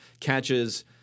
catches